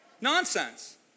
Nonsense